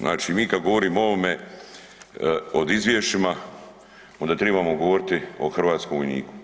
Znači mi kad govorimo o ovome, o izvješćima, onda trebamo govoriti o hrvatskom vojniku.